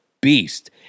beast